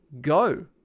go